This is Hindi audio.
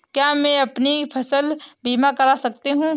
क्या मैं अपनी फसल बीमा करा सकती हूँ?